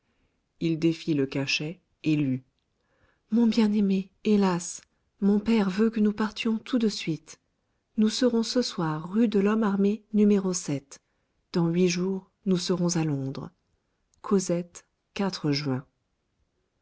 il défit le cachet et lut mon bien-aimé hélas mon père veut que nous partions tout de suite nous serons ce soir rue de lhomme armé no dans huit jours nous serons à londres cosette juin